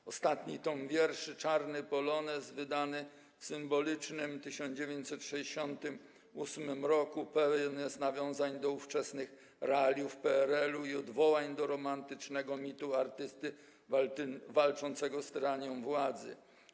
Jego ostatni tom wierszy „Czarny polonez”, wydany w symbolicznym 1968 r., pełen jest nawiązań do ówczesnych realiów PRL i odwołań do romantycznego mitu artysty walczącego z tyranią władzy.